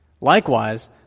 Likewise